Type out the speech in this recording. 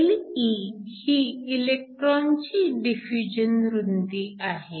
Le ही इलेक्ट्रॉनची diffusion रुंदी आहे